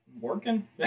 working